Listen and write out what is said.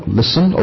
listen